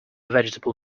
vegetable